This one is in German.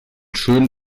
schön